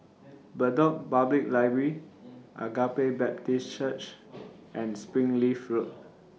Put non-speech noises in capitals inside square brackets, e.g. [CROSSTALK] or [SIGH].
Bedok Public Library Agape Baptist Church [NOISE] and Springleaf Road